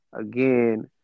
again